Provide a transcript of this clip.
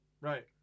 Right